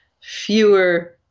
fewer